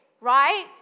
right